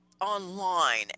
online